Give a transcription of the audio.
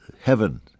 heaven